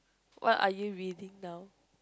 what are you reading now